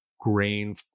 grain